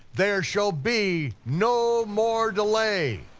there shall be no more delay!